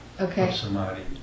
Okay